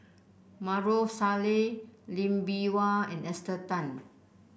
Maarof Salleh Lee Bee Wah and Esther Tan